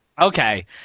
Okay